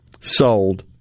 sold